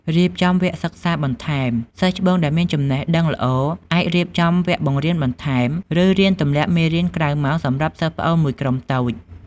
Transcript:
រៀបចំវគ្គសិក្សាបន្ថែម សិស្សច្បងដែលមានចំណេះដឹងល្អ អាចរៀបចំ វគ្គបង្រៀនបន្ថែម ឬរៀនទំលាក់មេរៀនក្រៅម៉ោងសម្រាប់សិស្សប្អូនមួយក្រុមតូច។